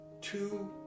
two